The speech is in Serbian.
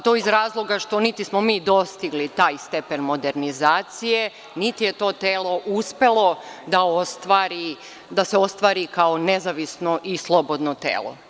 To je iz razloga što niti smo mi dostigli taj stepen modernizacije, niti je to telo uspelo da se ostvari kao nezavisno i slobodno telo.